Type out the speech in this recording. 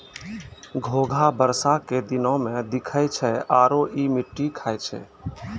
घोंघा बरसा के दिनोॅ में दिखै छै आरो इ मिट्टी खाय छै